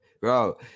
Bro